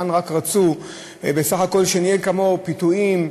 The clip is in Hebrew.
כאן רצו בסך הכול שנהיה כמו פתאים,